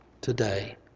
today